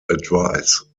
advice